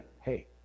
Hey